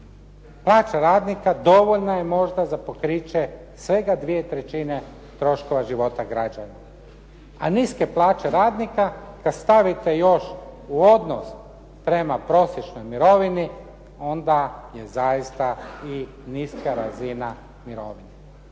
Plaća radnika dovoljna je možda za pokriće svega dvije trećine troškova života građana, a niske plaće radnika kad stavite još u odnos prema prosječnoj mirovini, onda je zaista niska razina mirovina.